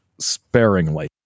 sparingly